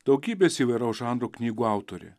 daugybės įvairaus žanro knygų autorė